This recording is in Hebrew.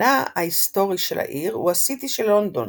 גרעינה ההיסטורי של העיר הוא הסיטי של לונדון,